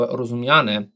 rozumiane